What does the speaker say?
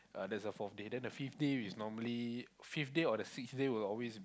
uh that's a fourth day then the fifth day is normally fifth day or the sixth day will always be